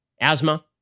asthma